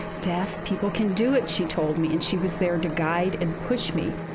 deaf people can do it, she told me. and she was there to guide and push me.